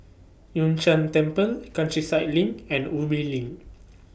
Yun Shan Temple Countryside LINK and Ubi LINK